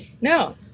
No